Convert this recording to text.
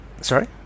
Sorry